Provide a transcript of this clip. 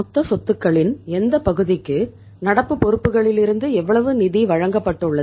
மொத்த சொத்துக்களின் எந்தப் பகுதிக்கு நடப்பு பொறுப்புகளிலிருந்து எவ்வளவு நிதி வழங்கப்பட்டுள்ளது